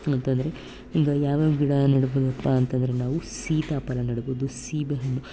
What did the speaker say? ಅಂತಂದರೆ ಈಗ ಯಾವ್ಯಾವ ಗಿಡ ನೆಡ್ಬೌದಪ್ಪಾ ಅಂತಂದರೆ ನಾವು ಸೀತಾಫಲ ನೆಡ್ಬೌದು ಸೀಬೆಹಣ್ಣು